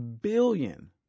billion